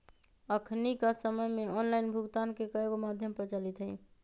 अखनिक समय में ऑनलाइन भुगतान के कयगो माध्यम प्रचलित हइ